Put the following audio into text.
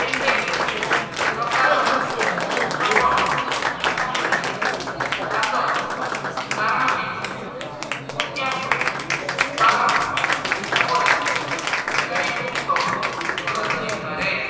କେତେକ ପ୍ରକାରର ଶ୍ରବଣ ଶକ୍ତି ହ୍ରାସର କାରଣଟିକୁ ଅଜ୍ଞାତ କାରଣ ଭାବରେ ଶ୍ରେଣୀଭୁକ୍ତ କରାଯାଇପାରେ